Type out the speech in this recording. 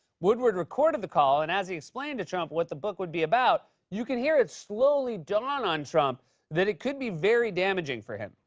woodward recorded the call, and as he explained to trump what the book would be about, you can hear it slowly dawn on trump that it could be very damaging for him.